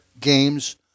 games